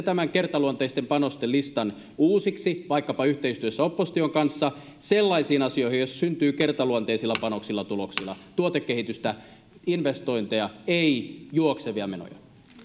tämän kertaluonteisten panosten listan uusiksi vaikkapa yhteistyössä opposition kanssa sellaisiin asioihin joissa syntyy kertaluonteisilla panoksilla tuloksia tuotekehitystä investointeja ei juoksevia menoja